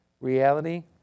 Reality